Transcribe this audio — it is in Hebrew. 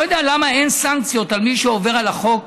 לא יודע למה אין סנקציות על מי שעובר על החוק